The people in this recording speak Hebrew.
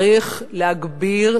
צריך להגביר,